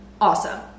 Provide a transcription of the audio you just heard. awesome